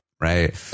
right